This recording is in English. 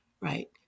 Right